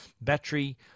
battery